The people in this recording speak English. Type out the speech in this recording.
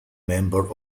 member